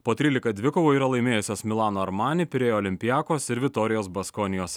po trylika dvikovų yra laimėjusios milano armani pirėjo olympiakos ir vitorijos baskonijos